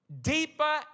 deeper